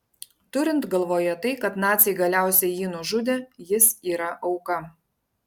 turint galvoje tai kad naciai galiausiai jį nužudė jis yra auka